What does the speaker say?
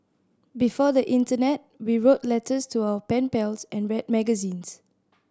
before the internet we wrote letters to our pen pals and read magazines